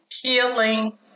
Healing